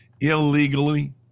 illegally